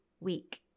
week